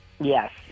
Yes